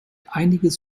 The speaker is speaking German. einiges